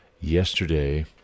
yesterday